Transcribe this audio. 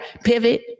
pivot